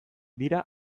dira